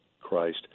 Christ